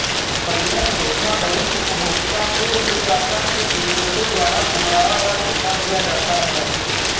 बंधक धोखाधड़ी उपभोक्ता को ऋणदाता के एजेंटों द्वारा गुमराह या धोखा दिया जाता है